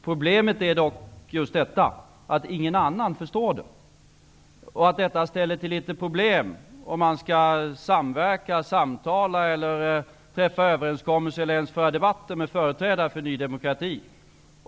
Problemet är att ingen annan förstår det och att det ställer till litet problem om man skall samverka, samtala, träffa överenskommelser eller t.o.m. bara föra debatter med företrädare för Ny demokrati.